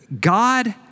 God